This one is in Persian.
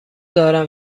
دارم